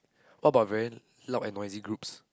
what about very loud and noisy groups